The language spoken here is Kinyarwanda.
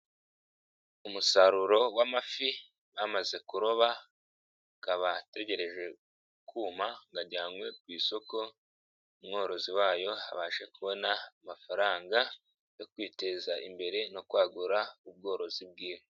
Umusaruro w'amafi, bamaze kuroba, akaba ategereje kuma ngo ajyanywe ku isoko, umworozi wayo abasha kubona amafaranga yo kwiteza imbere no kwagura ubworozi bw'inka.